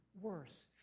worse